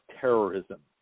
terrorism